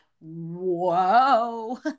Whoa